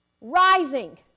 rising